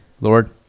Lord